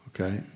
okay